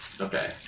Okay